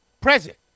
Present